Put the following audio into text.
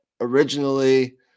originally